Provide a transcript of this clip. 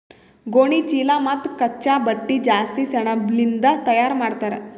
ಗೋಣಿಚೀಲಾ ಮತ್ತ್ ಕಚ್ಚಾ ಬಟ್ಟಿ ಜಾಸ್ತಿ ಸೆಣಬಲಿಂದ್ ತಯಾರ್ ಮಾಡ್ತರ್